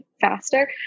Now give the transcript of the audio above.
faster